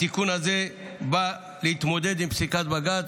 התיקון הזה בא להתמודד עם פסיקת בג"ץ,